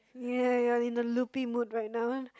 ya you're in a loopy mood right now